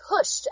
pushed